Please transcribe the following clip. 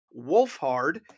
Wolfhard